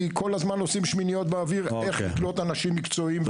כי כל הזמן עושים שמיניות באוויר איך לקלוט אנשים מקצועיים טובים.